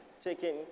taking